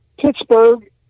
Pittsburgh